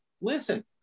Listen